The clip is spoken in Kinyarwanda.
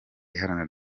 iharanira